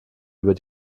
über